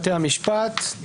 בית המשפט זה לא